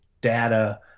data